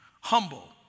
humble